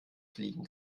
fliegen